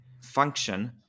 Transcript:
function